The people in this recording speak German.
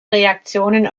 reaktionen